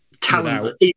talent